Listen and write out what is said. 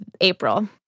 April